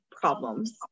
problems